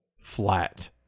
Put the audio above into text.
flat